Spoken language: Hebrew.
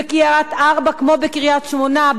בקריית-ארבע כמו בקריית-שמונה,